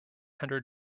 hundred